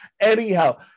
Anyhow